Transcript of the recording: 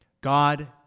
God